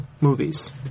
movies